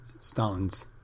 Stalin's